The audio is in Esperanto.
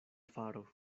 faro